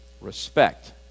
Respect